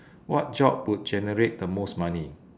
what job would generate the most money